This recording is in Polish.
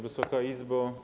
Wysoka Izbo!